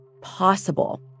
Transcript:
possible